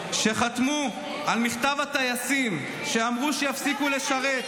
כשחתמו על מכתב הטייסים שאמרו שיפסיקו לשרת?